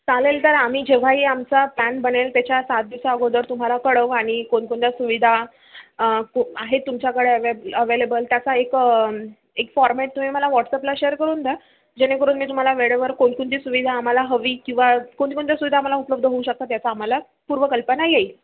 चालेल तर आम्ही जेव्हाही आमचा प्लॅन बनेल त्याच्या सात दिवस अगोदर तुम्हाला कळवू आणि कोणकोणत्या सुविधा को आहेत तुमच्याकडे अवेब अवेलेबल त्याचा एक एक फॉर्मॅट तुम्ही मला व्हॉट्सअपला शेअर करून द्या जेणेकरून मी तुम्हाला वेळेवर कोणकोणती सुविधा आम्हाला हवी किंवा कोणकोणत्या सुविधा आम्हाला उपलब्ध होऊ शकतात त्याचा आम्हाला पूर्वकल्पना येईल